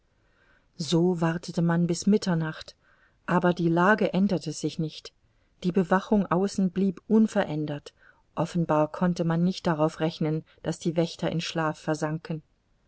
so wartete man bis mitternacht aber die lage änderte sich nicht die bewachung außen blieb unverändert offenbar konnte man nicht darauf rechnen daß die wächter in schlaf versanken